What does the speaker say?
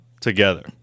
together